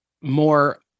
more